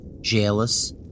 Jealous